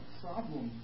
problem